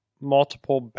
multiple